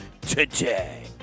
today